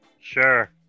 sure